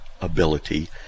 ability